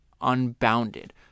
unbounded